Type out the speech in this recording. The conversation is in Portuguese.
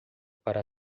para